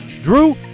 Drew